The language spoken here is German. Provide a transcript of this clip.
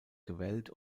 gewellt